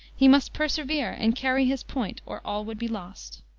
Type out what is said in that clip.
he must persevere and carry his point, or all would be lost.